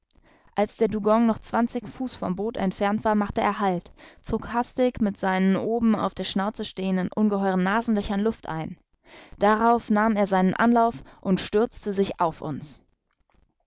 als der dugong noch zwanzig fuß vom boot entfernt war machte er halt zog hastig mit seinen oben auf der schnauze stehenden ungeheuren nasenlöchern luft ein darauf nahm er seinen anlauf und stürzte sich auf uns